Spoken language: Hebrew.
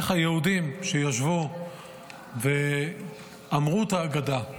ככה יהודים שישבו ואמרו את ההגדה,